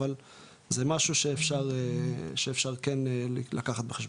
אבל זה משהו שאפשר כן לקחת בחשבון.